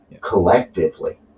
collectively